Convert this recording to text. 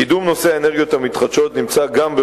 קידום נושא האנרגיות המתחדשות נמצא גם הוא